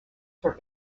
for